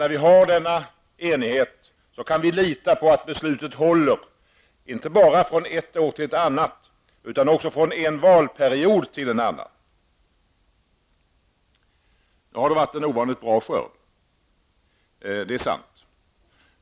När vi har denna enighet kan vi lita på att beslutet håller, inte bara från ett år till ett annat utan också från en valperiod till en annan. Det har varit en ovanligt bra skörd, det är sant.